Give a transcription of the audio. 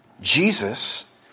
Jesus